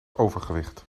overgewicht